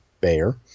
Bayer